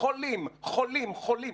חולים, חולים, חולים.